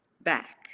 back